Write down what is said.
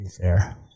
fair